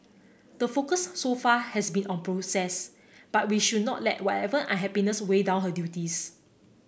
the focus so far has been on process but we should not let whatever unhappiness weigh down her duties